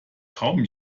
kaum